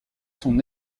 son